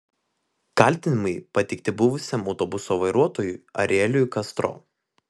kaltinimai pateikti buvusiam autobuso vairuotojui arieliui kastro